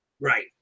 Right